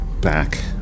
back